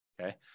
Okay